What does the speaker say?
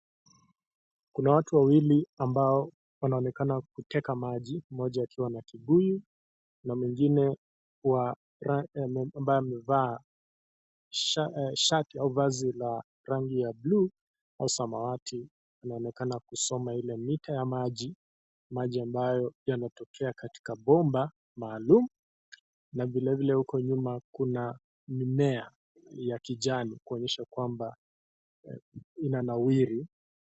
Kuna watu wawili ambao wanaonekana kuteka maji, mmoja akiwa na kibuyu, na mwingine ambaye amevaa shati ya rangi ya buluu, wanaonekana kusoma ile mita ya maji, maji ambayo yanotokea katika bomba, maalum. Na vilevile uko nyuma kuna mimea ya kijani kuonyesha kwamba inanawiri.